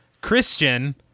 Christian